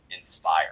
inspire